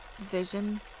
vision